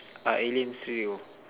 are aliens real